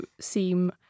seem